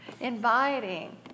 inviting